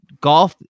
golf